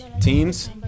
Teams